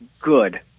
good